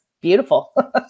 beautiful